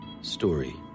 story